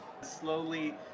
Slowly